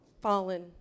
fallen